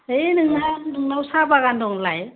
है नोंहा नोंनाव साहा बागान दङ होनलाय